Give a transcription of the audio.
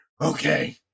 okay